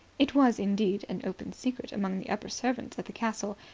it was, indeed, an open secret among the upper servants at the castle,